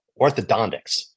orthodontics